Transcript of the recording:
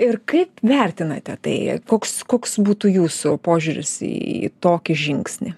ir kaip vertinate tai koks koks būtų jūsų požiūris į tokį žingsnį